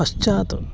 पश्चात्